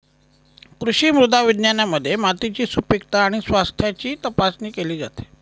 कृषी मृदा विज्ञानामध्ये मातीची सुपीकता आणि स्वास्थ्याची तपासणी केली जाते